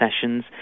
Sessions